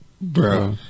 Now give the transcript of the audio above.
Bro